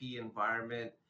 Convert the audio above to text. environment